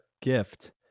gift